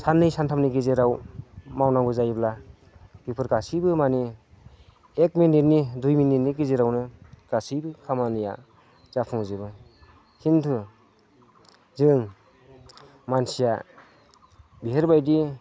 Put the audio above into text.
साननै सानथामनि गेजेराव मावनांगौ जायोब्ला बेफोर गासैबो माने एक मिनिटनि दुइ मिनिटनि गेजेरावनो गासैबो खामानिया जाफुंजोबो खिन्थु जों मानसिया बेफोरबायदि